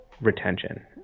retention